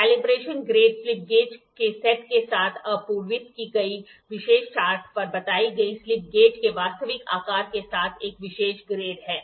calibration grade slip gauge के set के साथ आपूर्ति की गई विशेष चार्ट पर बताई गई स्लिप गेज के वास्तविक आकार के साथ एक विशेष ग्रेड है